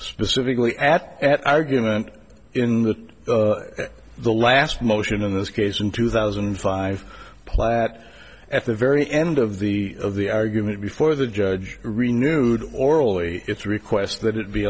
specifically at at argument in the the last motion in this case in two thousand and five platt at the very end of the of the argument before the judge renewed orally its request that it be